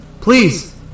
Please